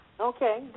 Okay